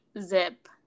zip